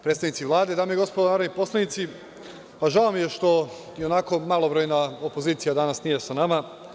Predstavnici Vlade, dame i gospodo narodni poslanici, žao mi je što ionako malobrojna opozicija danas nije sa nama.